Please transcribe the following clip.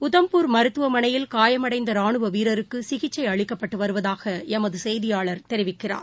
உதம்பூர் மருத்துவமனையில் காயமடைந்த இராணுவ வீரருக்கு சிகிச்சை அளிக்கப்பட்டு வருவதாக எமது செய்தியாளர் தெரிவிக்கிறார்